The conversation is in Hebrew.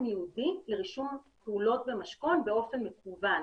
ייעודי לרישום פעולות במשכון באופן מקוון,